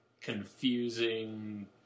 confusing